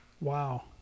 wow